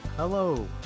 Hello